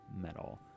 metal